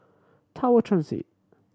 Tower Transit